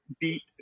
beat